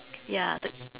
ya